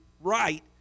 right